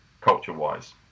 culture-wise